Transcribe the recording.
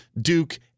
Duke